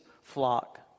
flock